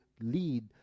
lead